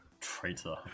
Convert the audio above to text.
traitor